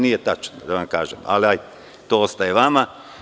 Nije tačno da vam kažem, to ostaje vama.